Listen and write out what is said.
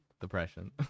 depression